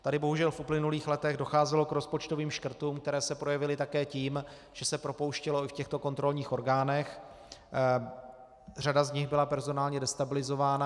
Tady bohužel v uplynulých letech docházelo k rozpočtovým škrtům, které se projevily také tím, že se propouštělo i v těchto kontrolních orgánech, řada z nich byla personálně destabilizována.